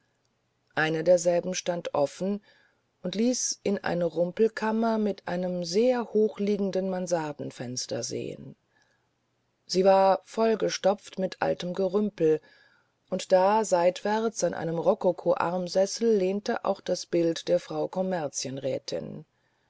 eine derselben stand offen und ließ in eine rumpelkammer mit einem sehr hochliegenden mansardenfenster sehen sie war vollgepfropft mit altem gerümpel und da seitwärts an einem rokokoarmsessel lehnte auch das bild der frau